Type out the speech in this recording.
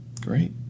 Great